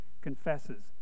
confesses